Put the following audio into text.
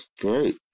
Great